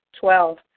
Twelve